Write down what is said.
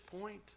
point